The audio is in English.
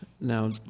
Now